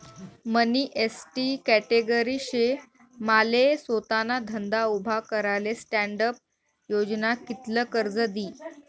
मनी ST category शे माले सोताना धंदा उभा कराले स्टॅण्डअप योजना कित्ल कर्ज दी?